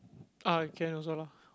ah can also lah